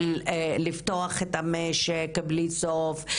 של פתיחת המשק בלי סוף,